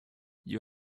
you